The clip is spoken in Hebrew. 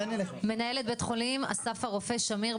מנהלת בית החולים אסף הרופא שמיר.